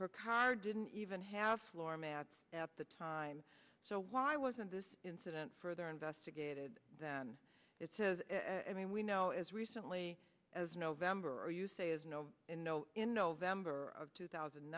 her car didn't even have floor mats at the time so why wasn't this incident further investigated than it is i mean we know as recently as november or you say is no no in november of two thousand